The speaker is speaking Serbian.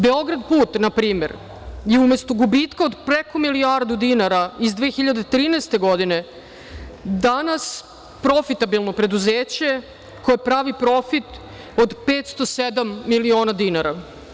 Beograd-put“, na primer, je umesto gubitka od preko milijardu dinara iz 2013. godine, danas profitabilno preduzeće koje pravi profit od 507 miliona dinara.